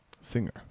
singer